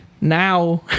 Now